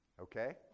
okay